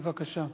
בבקשה.